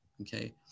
okay